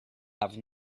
have